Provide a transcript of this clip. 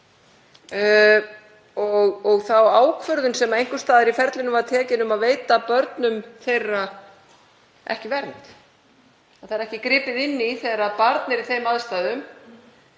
og þá ákvörðun sem einhvers staðar í ferlinu var tekin um að veita börnum þeirra ekki vernd. Það er ekki gripið inn í þegar barn er í þeim aðstæðum